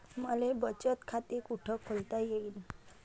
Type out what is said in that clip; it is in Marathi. मले बचत खाते कुठ खोलता येईन?